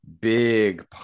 big